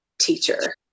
teacher